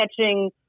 catching